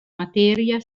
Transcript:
materia